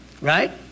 Right